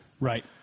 Right